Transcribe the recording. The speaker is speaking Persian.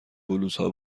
بلوزها